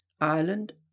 Ireland